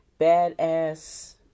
badass